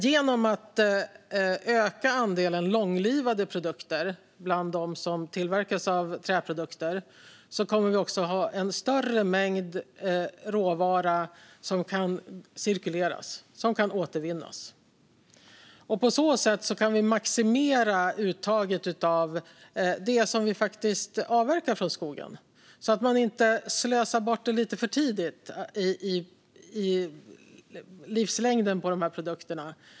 Genom att öka andelen långlivade produkter bland sådant som tillverkas av trä kommer vi också att ha en större mängd råvara som kan cirkuleras. Den kan återvinnas, och på så sätt kan vi maximera uttaget av det som vi faktiskt avverkar från skogen, så att man inte slösar bort det för tidigt i produkternas livslängd.